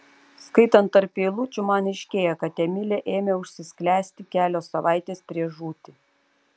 skaitant tarp eilučių man aiškėja kad emilė ėmė užsisklęsti kelios savaitės prieš žūtį